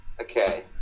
Okay